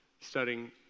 studying